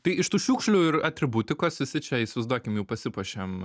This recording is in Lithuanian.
tai iš tų šiukšlių ir atributikos visi čia įsivaizduokim jau pasipuošėm